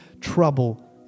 trouble